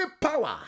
power